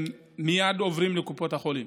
הם מייד עוברים לקופות החולים.